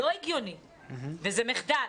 וזה מחדל,